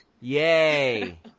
Yay